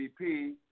MVP